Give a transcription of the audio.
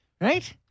right